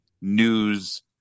news